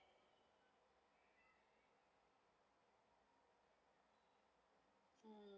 mm